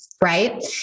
right